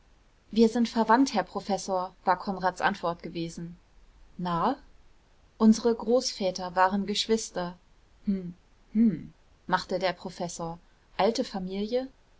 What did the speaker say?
wir sind verwandt herr professor war konrads antwort gewesen nahe unsere großväter waren geschwister hm hm machte der professor alte familie